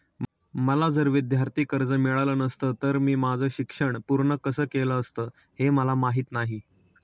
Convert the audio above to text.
मला जर विद्यार्थी कर्ज मिळालं नसतं तर मी माझं शिक्षण पूर्ण कसं केलं असतं, हे मला माहीत नाही